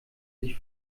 sich